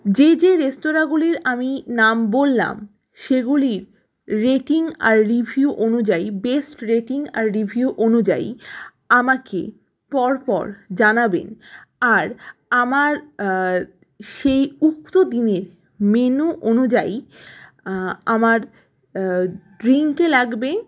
যেই যেই রেস্তোরাঁগুলির আমি নাম বললাম সেগুলির রেটিং আর রিভিউ অনুযায়ী বেস্ট রেটিং আর রিভিউ অনুযায়ী আমাকে পরপর জানাবেন আর আমার সেই উক্ত দিনের মেনু অনুযায়ী আমার ড্রিংকে লাগবে